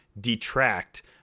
detract